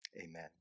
amen